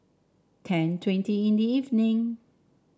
ten twenty in the evening